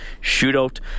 shootout